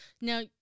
Now